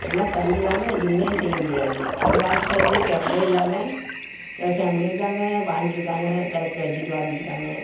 எல்லாம் கரண்ட்டு இல்லாமல் எதுவுமே செய்யமுடியாது அந்த காலத்தில் வந்து கரண்ட்டே இல்லாமல் விவசாயம் பண்ணியிருக்காங்க வாழ்ந்துருக்காங்க விளக்க வச்சிக்கிட்டு வாழ்ந்துருக்காங்க